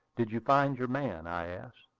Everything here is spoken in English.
did you find your man? i asked.